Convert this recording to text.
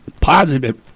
positive